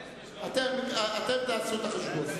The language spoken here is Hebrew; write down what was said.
אתם תעשו את החשבון.